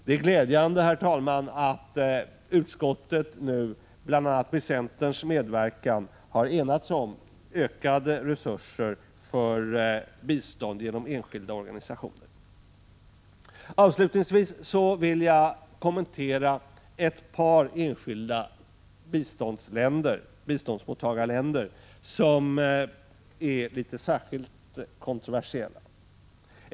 Det är glädjande, herr talman, att utskottet nu, bl.a. med centerns medverkan, föreslagit ökade 7n Avslutningsvis vill jag kommentera ett par enskilda biståndsmottagarländer som är särskilt kontroversiella.